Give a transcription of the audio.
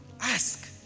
Ask